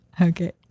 Okay